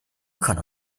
可能